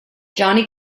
johnny